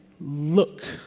look